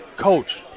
coach